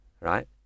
right